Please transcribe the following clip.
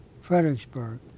Fredericksburg